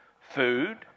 food